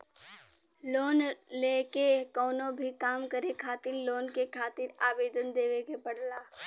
loan लेके कउनो भी काम करे खातिर लोन के खातिर आवेदन देवे के पड़ला